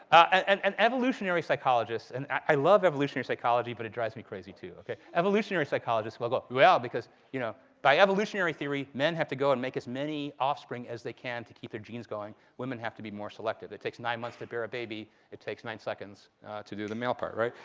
and and evolutionary psychologists, and i love evolutionary psychology. but it drives me crazy, too. evolutionary psychologists will go, well, because you know by evolutionary theory men have to go and make as many offspring as they can to keep their genes going. women have to be more selective. it takes nine months to bear a baby. it takes nine seconds to do the male part, right,